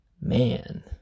man